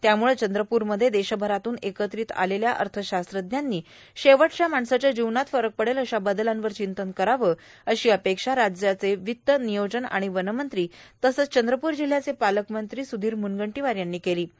त्यामूळं चंद्रपूरमध्ये देशभरातून एकत्रित आलेल्या अथशास्त्रज्ञांनी शेवटच्या माणसाच्या जीवनात फरक पडेल अशा बदलांवर रचंतन करावे अशी अपेक्षा राज्याचे रावत्त र्भानयोजन र्आण वनमंत्री तथा चंद्रपूर जिल्ह्याचे पालकमंत्री स्धीर म्नगंटोवार यांनी केलां